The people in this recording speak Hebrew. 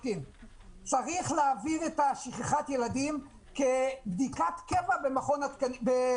צריך להעביר את מערכת שכחת הילדים כבדיקת קבע במכון